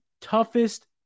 toughest